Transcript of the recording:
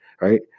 right